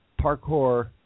parkour